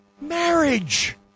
marriage